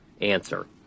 answer